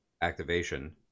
activation